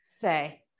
say